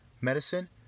medicine